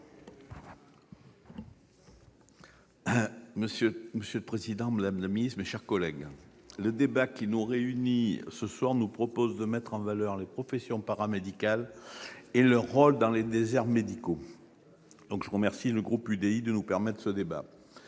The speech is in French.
Monsieur le président, madame la secrétaire d'État, mes chers collègues, le débat qui nous réunit ce soir nous propose de mettre en valeur les professions paramédicales et leur rôle dans les déserts médicaux. Je remercie le groupe de l'UDI-UC d'avoir